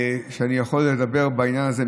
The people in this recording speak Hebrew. שאני יכול לדבר בעניין הזה,